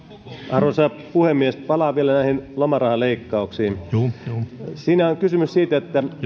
arvoisa puhemies palaan vielä lomarahaleikkauksiin niissä on kysymys siitä että